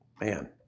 man